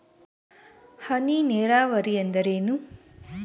ಹನಿ ನೇರಾವರಿ ಎಂದರೇನು?